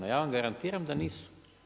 Ja vam garantiram da nisu.